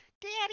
Daddy